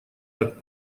так